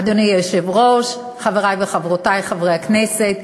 אדוני היושב-ראש, חברי וחברותי חברי הכנסת,